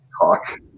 talk